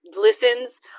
listens